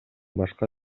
башка